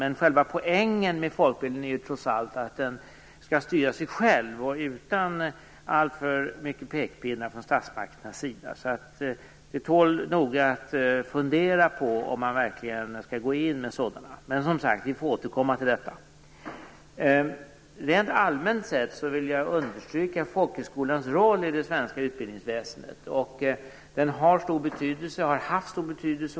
Men själva poängen med folkbildningen är trots allt att den skall styra sig själv utan allt för mycket pekpinnar från statsmakternas sida. Så det tål att noga fundera på om man verkligen skall gå in med sådana. Men som sagt: Vi får återkomma till detta. Rent allmänt vill jag understryka folkhögskolans roll i det svenska utbildningsväsendet. Den har och har haft stor betydelse.